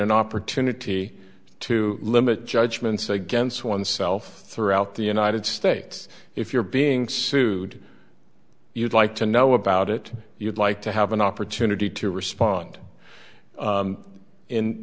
an opportunity to limit judgments against oneself throughout the united states if you're being sued you'd like to know about it you'd like to have an opportunity to respond